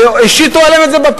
אז השיתו את זה עליהם בפיתוח.